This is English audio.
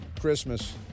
Christmas